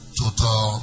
total